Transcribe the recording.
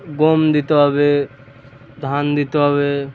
গম দিতে হবে ধান দিতে হবে